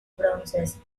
bronces